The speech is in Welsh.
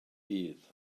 bydd